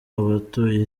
abatuye